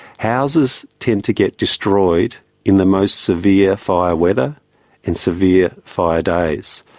houses tend to get destroyed in the most severe fire weather and severe fire days.